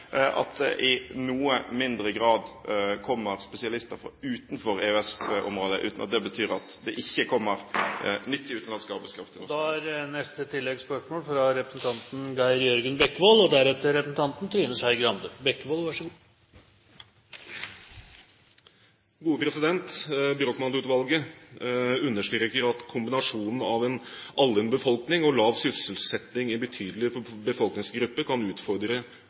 at det i noe mindre grad kommer spesialister fra utenfor EØS-området – uten at det betyr at det ikke kommer nyttig utenlandsk arbeidskraft til norske … Geir Jørgen Bekkevold – til oppfølgingsspørsmål. Brochmann-utvalget understreker: «Kombinasjonen av en aldrende befolkning og lav sysselsetting i betydelige befolkningsgrupper kan utfordre velferdsmodellens bærekraft på sikt.» Med andre ord: Hvis ikke innvandrere kommer i jobb i større grad enn i